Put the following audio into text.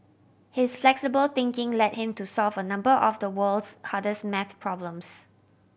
his flexible thinking led him to solve a number of the world's hardest maths problems